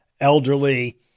elderly